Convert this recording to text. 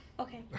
Okay